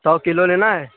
سو kilo لینا ہے